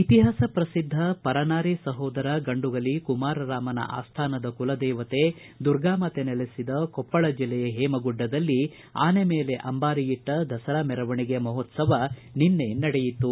ಇತಿಹಾಸ ಪ್ರಸಿದ್ಧ ಪರನಾರಿ ಸಹೋದರ ಗಂಡುಗಲಿ ಕುಮಾರರಾಮನ ಆಸ್ಥಾನದ ಕುಲದೇವತೆ ದುರ್ಗಾಮಾತೆ ನೆಲೆಸಿದ ಕೊಪ್ಪಳ ಜಿಲ್ಲೆಯ ಹೇಮಗುಡ್ಡದಲ್ಲಿ ಆನೆಮೇಲೆ ಅಂಬಾರಿಯಿಟ್ಟ ದಸರಾ ಮೆರವಣಿಗೆ ಮಹೋತ್ಲವ ನಿನ್ನೆ ನಡೆಯಿತು